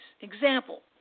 Example